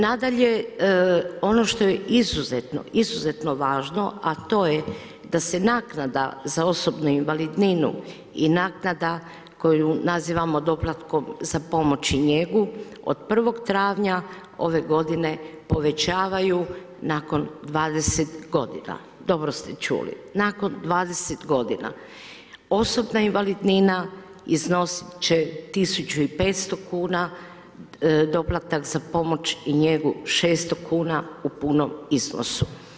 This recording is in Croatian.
Nadalje, ono što je izuzetno važno, a to je da se naknada, za osobnu invalidninu, i naknada koju nazivamo doplatkom za pomoć i njegu, od 1. travanja ove godine, povećavaju nakon 20 g. Dobro ste čuli, nakon 20 g. Osobna invalidnina, iznositi će 1500 kn, doplatak za pomoć i njegu 600 kn, u punom iznosu.